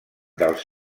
dels